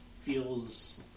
feels